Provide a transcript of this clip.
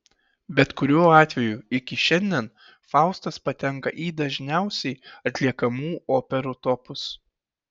bet kuriuo atveju iki šiandien faustas patenka į dažniausiai atliekamų operų topus